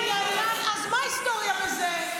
--- אז מה ההיסטוריה בזה?